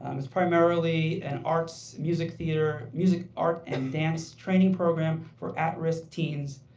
um it's primarily an arts, music, theater, music art and dance training program for at-risk teens,